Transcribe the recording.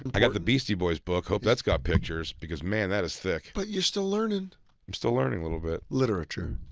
and i got the beastie boys book. hope that's got pictures. because, man, that is thick. but you're still learnin'. i'm still learning a little bit. literature.